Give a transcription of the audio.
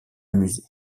musée